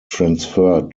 transferred